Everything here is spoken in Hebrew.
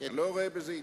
אני לא רואה בזה עידוד.